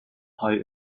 high